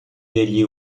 degli